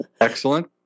Excellent